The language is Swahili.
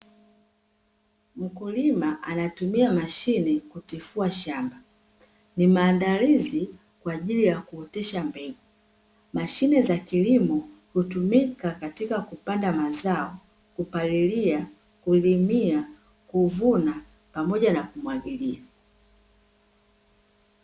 Mkulima anatumia mashine kutifua shamba. Ni maandalizi kwa ajili ya kuotesha mbegu, mashine za kilimo hutumika katika kupanda mazao, kupalilia, kulimia, kuvuna pamoja na kumwagilia.